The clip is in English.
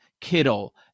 Kittle